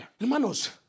Hermanos